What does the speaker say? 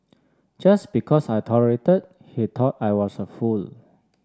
just because I tolerated he taught I was a fool